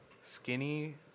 skinny